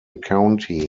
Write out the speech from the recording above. county